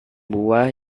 buah